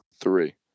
three